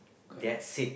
that's it